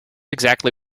exactly